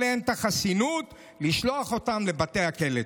החסינות ולשלוח אותם לבתי הכלא.